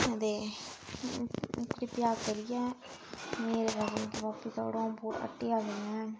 अते कृपया करियै मेरे पैसे मिकी बापस देउड़ो आ'ऊं बूट हट्टियां लेई लैङ